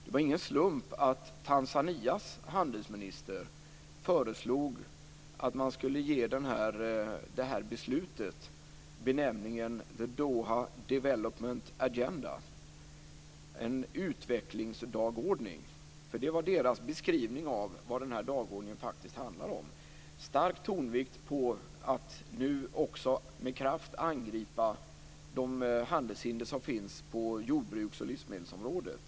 Det var ingen slump att Tanzanias handelsminister föreslog att man skulle ge det här beslutet benämningen The Doha Development Agenda - en utvecklingsdagordning. Det var deras beskrivning av vad den här dagordningen faktiskt handlar om. Den har en stark tonvikt på att nu också med kraft angripa de handelshinder som finns på jordbruks och livsmedelsområdet.